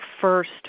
first